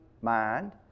mind